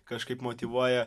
kažkaip motyvuoja